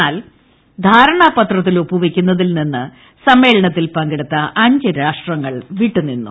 എന്നാൽ ധാരണാ പത്രത്തിൽ ഒപ്പുവയ്ക്കുന്നതിൽ നിന്ന് സ്മ്മേളനത്തിൽ പങ്കെടുത്ത അഞ്ച് രാഷ്ട്രങ്ങൾ വിട്ടു നിന്നു